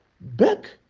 Back